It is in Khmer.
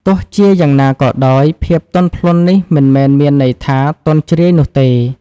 ទោះជាយ៉ាងណាក៏ដោយ ភាពទន់ភ្លន់នេះមិនមែនមានន័យថាទន់ជ្រាយនោះទេ។